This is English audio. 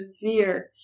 severe